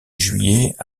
juillet